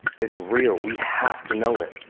it's real. we have to know it.